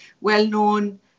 well-known